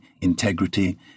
integrity